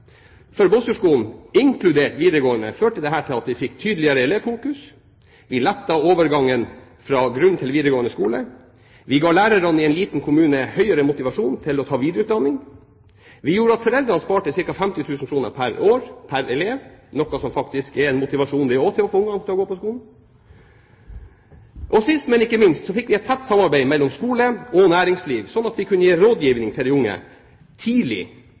For Båtsfjord-skolen, inkludert videregående skole, førte dette til at vi fikk tydeligere elevfokus. Vi lettet overgangen fra grunnskole til videregående skole. Vi ga lærerne i en liten kommune høyere motivasjon til å ta videreutdanning. Det gjorde at foreldrene sparte ca. 50 000 kr pr. år pr. elev, noe som faktisk også er en motivasjon for å få ungene til å gå på skolen. Og sist, men ikke minst fikk vi et tett samarbeid mellom skole og næringsliv, slik at vi kunne gi rådgivning til de unge tidlig,